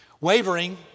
Wavering